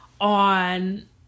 on